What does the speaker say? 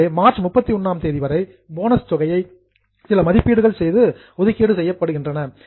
எனவே மார்ச் 31ஆம் தேதி வரை போனஸ் தொகையை சில மதிப்பீடுகள் செய்து ஒதுக்கீடு செய்யப்படுகின்றன